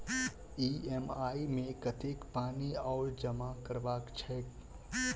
EMI मे कतेक पानि आओर जमा करबाक छैक?